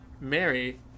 Mary